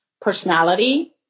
personality